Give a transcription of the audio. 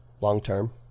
long-term